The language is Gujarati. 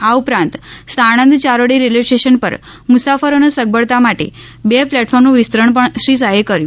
આ ઉપંરાત સાણંદ યારોડી રેલ્વે સ્ટેશન પર મુસાફરોનો સગવડતા માટે બે પ્લેટફોર્મનું વિસ્તરણ પણ શ્રી શાહે કર્યું